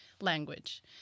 language